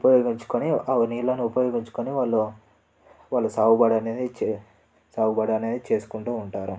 ఉపయోగించుకొని అవి నీళ్ళను ఉపయోగించుకొని వాళ్ళు వాళ్ళు సాగుబడి అనేది చే సాగుబడి అనేది చేస్కుంటూ ఉంటారు